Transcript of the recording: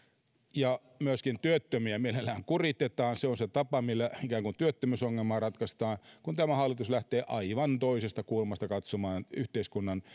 ja myöskin työttömiä mielellään kuritetaan mikä on se tapa millä ikään kuin työttömyysongelmaa ratkaistaan kun tämä hallitus lähtee aivan toisesta kulmasta katsomaan yhteiskunnan